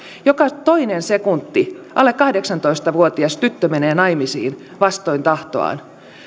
joka toinen sekunti alle kahdeksantoista vuotias tyttö menee naimisiin vastoin tahtoaan